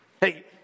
Hey